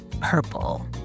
purple